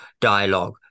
dialogue